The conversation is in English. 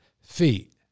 Feet